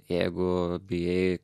jeigu bijai